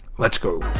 let's go